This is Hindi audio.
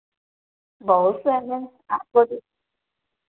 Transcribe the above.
बहुत सारा है आपको जो